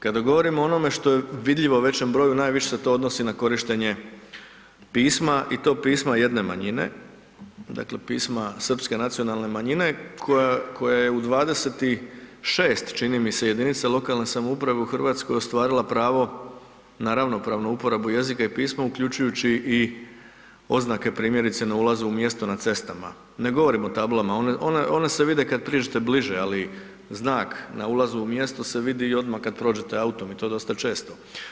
Kada govorimo o onome što je vidljivo većem broju najviše se to odnosi na korištenje pisma i to pisma jedne manjine dakle, pisma srpske nacionalne manjine koja, koja je u 26, čini mi se, jedinica lokalne samouprave u RH ostvarila pravo na ravnopravnu uporabu jezika i pisma uključujući i oznake primjerice na ulazu u mjesto na cestama, ne govorim o tablama, one, one se vide kad priđete bliže, ali znak na ulazu u mjesto se vidi i odma kad prođete autom i to dosta često.